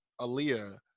Aaliyah